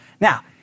Now